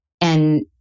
And-